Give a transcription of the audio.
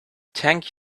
thank